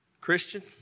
Christian